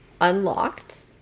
unlocked